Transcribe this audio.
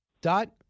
Dot